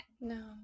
no